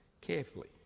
carefully